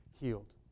healed